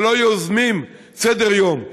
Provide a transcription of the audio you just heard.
שלא יוזמים סדר-יום,